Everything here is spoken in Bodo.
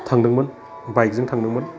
थांदोंमोन बाइकजों थांदोंमोन